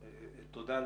תודה.